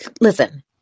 listen